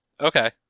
Okay